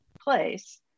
place